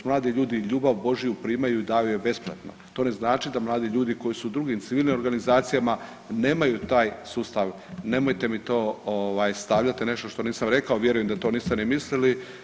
Mladi ljudi ljubav Božju primaju i daju je besplatno, to ne znači da mladi ljudi koji su u drugim civilnim organizacijama nemaju taj sustav, nemojte mi to stavljati, to je nešto što nisam reklo, vjerujem da to niste ni mislili.